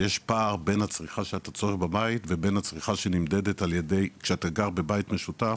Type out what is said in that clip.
שיש פער בין הצריכה שאתה צורך בבית כשאתה גר בבית משותף